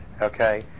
okay